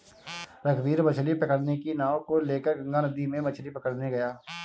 रघुवीर मछ्ली पकड़ने की नाव को लेकर गंगा नदी में मछ्ली पकड़ने गया